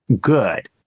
good